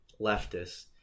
leftist